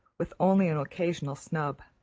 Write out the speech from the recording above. with only an occasional snub.